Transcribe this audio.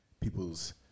people's